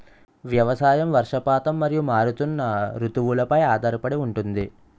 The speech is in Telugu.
వ్యవసాయం వర్షపాతం మరియు మారుతున్న రుతువులపై ఆధారపడి ఉంటుంది